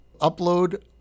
upload